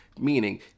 meaning